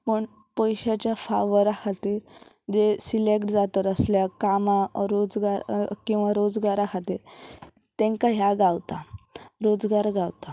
पूण पयश्याच्या फावरा खातीर जे सिलेक्ट जाता असल्या कामां रोजगार किंवां रोजगारा खातीर तेंकां ह्या गावता रोजगार गावता